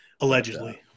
Allegedly